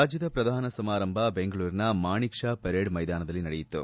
ರಾಜ್ಯದ ಪ್ರಧಾನ ಸಮಾರಂಭ ಬೆಂಗಳೂರಿನ ಮಾಣೆಕ್ ಶಾ ಪರೇಡ್ ಮೈದಾನದಲ್ಲಿ ನಡೆಯಿತು